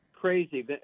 crazy